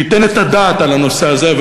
שייתן את הדעת על הנושא הזה,